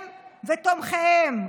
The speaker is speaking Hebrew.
הם ותומכיהם,